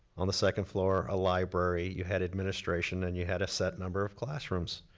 on the second floor, a library. you had administration and you had a set number of classrooms.